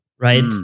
right